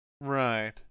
Right